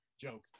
joke